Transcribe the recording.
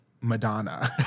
madonna